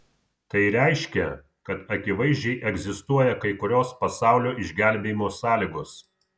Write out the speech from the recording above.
tai reiškia kad akivaizdžiai egzistuoja kai kurios pasaulio išgelbėjimo sąlygos